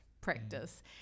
practice